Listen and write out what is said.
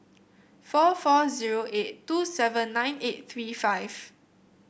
four four zero eight two seven nine eight three five